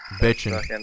Bitching